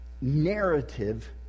narrative